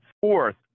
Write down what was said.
Fourth